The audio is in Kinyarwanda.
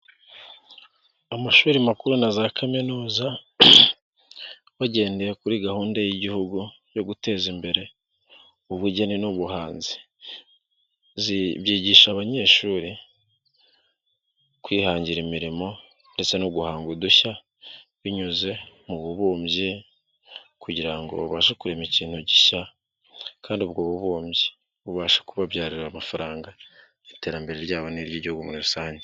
Amashuri makuru na za kaminuza bagendeye kuri gahunda y'igihugu yo guteza imbere ubugeni n'ubuhanzi, byigisha abanyeshuri kwihangira imirimo ndetse no guhanga udushya binyuze mu bubumbyi kugira ngo babashe kurema ikintu gishya kandi ubwo bubumbyi bubashe kubabyarira amafaranga, iterambere ryabo n'iry'igihugu muri rusange.